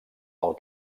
pel